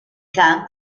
kang